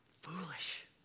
foolish